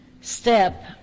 step